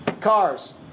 Cars